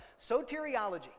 Soteriology